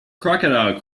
crocodile